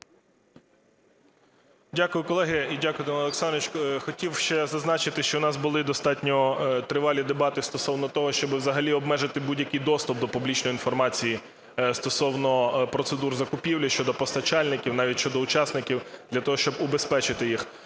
Дякую, колеги і дякую Даниле Олександровичу. Хотів ще зазначити, що в нас були достатньо тривалі дебати стосовно того, щоб взагалі обмежити будь-який доступ до публічної інформації стосовно процедур закупівлі щодо постачальників, навіть щодо учасників для того, щоб убезпечити їх.